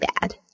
bad